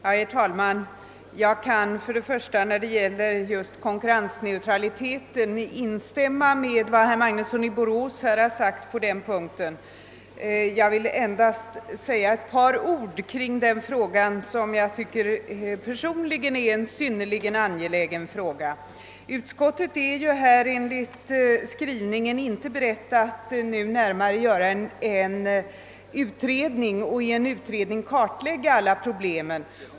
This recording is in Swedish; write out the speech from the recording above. Herr talman! Jag skall först beträf fande konkurrensneutraliteten instämma med vad herr Magnusson i Borås har sagt på den punkten. Jag vill endast säga ett par ord kring den frågan, som jag personligen tycker är synnerligen angelägen. Utskottet är enligt skrivningen inte berett att utan närmare utredning kartlägga alla problem.